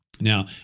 Now